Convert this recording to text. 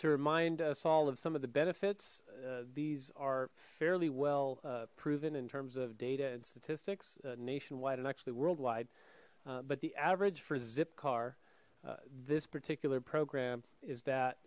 to remind us all of some of the benefits these are fairly well proven in terms of data and statistics nationwide and actually worldwide but the average for zipcar this particular program is that